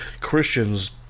Christians